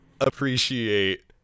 appreciate